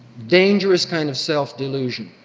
dangerous kind of self-delusion,